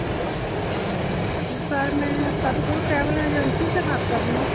जी sir मैं Satguru travel agency से बात कर रही हूँ